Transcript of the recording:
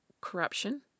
corruption